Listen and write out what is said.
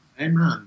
Amen